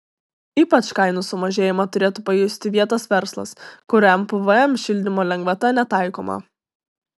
ypač kainų sumažėjimą turėtų pajusti vietos verslas kuriam pvm šildymo lengvata netaikoma